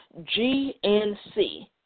GNC